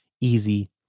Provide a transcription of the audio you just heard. easy